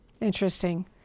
Interesting